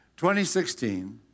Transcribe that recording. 2016